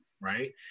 right